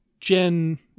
Jen